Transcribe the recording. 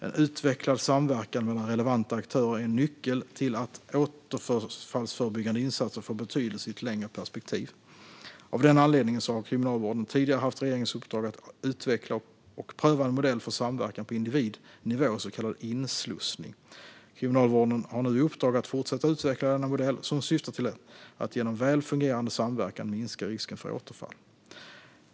En utvecklad samverkan mellan relevanta aktörer är en nyckel till att återfallsförebyggande insatser får betydelse i ett längre perspektiv. Av den anledningen har Kriminalvården tidigare haft regeringens uppdrag att utveckla och pröva en modell för samverkan på individnivå, så kallad inslussning. Kriminalvården har nu i uppdrag att fortsätta utveckla denna modell, som syftar till att genom väl fungerande samverkan minska risken för återfall.